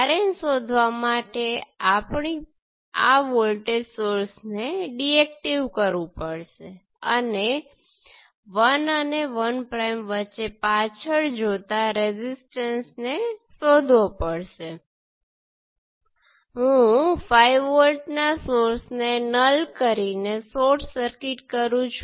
અથવા ચાલો બીજી સર્કિટ પર જઈએ અને આમાંથી આપણને Z12 મળશે જે V1 બાય I2 એ પોર્ટ 1 ઓપન સર્કિટ સાથે છે